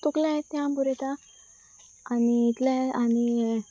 तकलेय तें ह बरयता आनी इतलें आनी